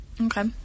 Okay